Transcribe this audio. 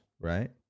right